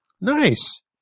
Nice